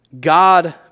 God